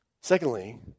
Secondly